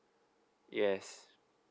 yes